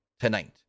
tonight